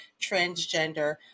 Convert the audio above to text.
transgender